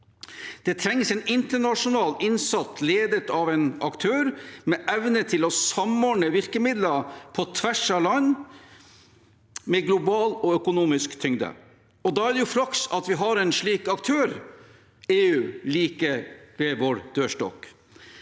Det trengs en internasjonal innsats, ledet av en aktør med evne til å samordne virkemidler på tvers av land, med global og økonomisk tyngde. Da er det jo flaks at vi har en slik aktør, EU, like